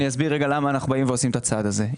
אני אסביר לכם למה אנחנו באים ועושים את הצעד הזה.